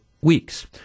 weeks